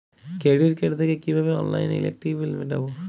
Credit card থেকে কিভাবে অনলাইনে ইলেকট্রিক বিল মেটাবো?